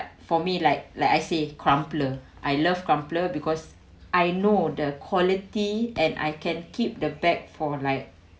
for me like like I say Crumpler I love Crumpler because I know the quality and I can keep the bag for like